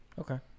okay